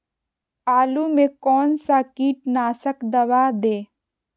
आलू में कौन सा कीटनाशक दवाएं दे?